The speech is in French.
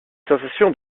sensations